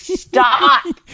Stop